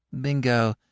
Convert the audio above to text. Bingo